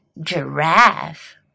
giraffe